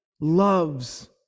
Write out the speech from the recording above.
loves